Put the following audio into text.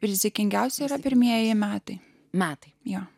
rizikingiausi yra pirmieji metai metai jo